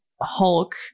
Hulk